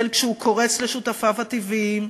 כשהוא קורץ לשותפיו הטבעיים